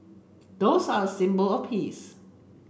doves are a symbol of peace